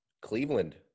Cleveland